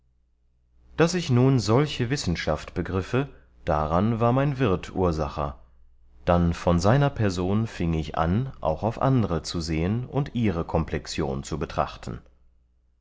daß ich nun solche wissenschaft begriffe daran war mein wirt ursacher dann von seiner person fieng ich an auch auf andere zu sehen und ihre komplexion zu betrachten